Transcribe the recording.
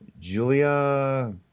Julia